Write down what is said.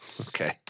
Okay